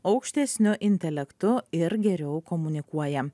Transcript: aukštesniu intelektu ir geriau komunikuoja